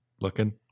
Looking